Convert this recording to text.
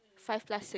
five plus six